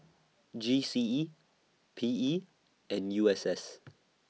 G C E P E and U S S